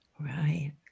Right